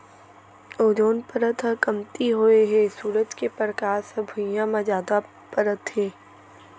ozone परत ह कमती होए हे सूरज के परकास ह भुइयाँ म जादा परत हे